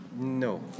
No